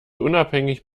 unabhängig